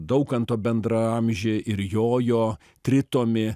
daukanto bendraamžį ir jojo tritomį